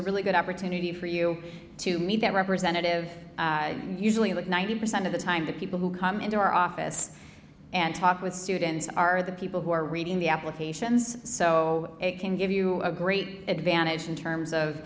a really good opportunity for you to meet that representative usually like ninety percent of the time the people who come into our office and talk with students are the people who are reading the applications so it can give you a great advantage in terms of